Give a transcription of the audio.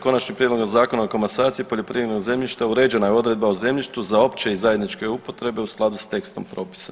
Konačnim prijedlogom Zakona o komasaciji poljoprivrednog zemljišta ređena je odredba o zemljištu za opće i zajedničke upotrebe u skladu s tekstom propisa.